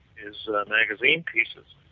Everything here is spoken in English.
his magazine pieces,